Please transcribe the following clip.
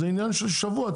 זה עניין של שבועות.